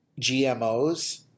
GMOs